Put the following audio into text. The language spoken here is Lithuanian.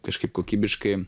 kažkaip kokybiškai